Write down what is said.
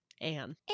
Anne